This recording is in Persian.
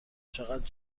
چقد